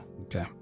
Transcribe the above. Okay